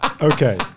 Okay